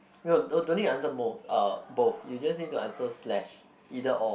don't need your answer both uh both you just need to answer slash either or